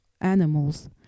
animals